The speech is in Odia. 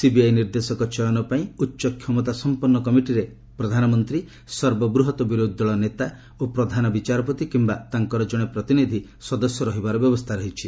ସିବିଆଇ ନିର୍ଦ୍ଦେଶକ ଚୟନ ପାଇଁ ଉଚ୍ଚକ୍ଷମତା ସଂପନ୍ନ କମିଟିରେ ପ୍ରଧାନମନ୍ତ୍ରୀ ସର୍ବବୃହତ ବିରୋଧୀ ଦଳ ନେତା ଓ ପ୍ରଧାନ ବିଚାରପତି କିମ୍ବା ତାଙ୍କର ଜଣେ ପ୍ରତିନିଧି ସଦସ୍ୟ ରହିବାର ବ୍ୟବସ୍ଥା ରହିଛି